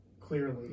Clearly